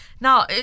Now